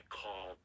call